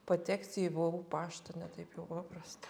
pateksi į vu paštą ne taip jau paprasta